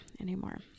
anymore